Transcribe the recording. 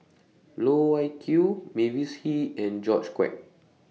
Loh Wai Kiew Mavis Hee and George Quek